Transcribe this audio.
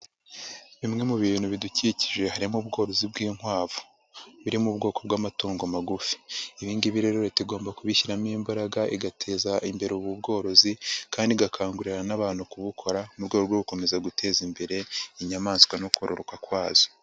Bimwe mu bintu bidukikije harimo ubworozi bw'inkwavu, biri mu bwoko bw'amatungo magufi, ibi ngibi rero leta igomba kubishyiramo imbaraga, igateza imbere ubu bworozi, kandi igakangurira n'abantu kubukora, mu rwego rwo gukomeza guteza imbere inyamaswa no kororoka kwazo.